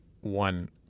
one